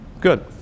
Good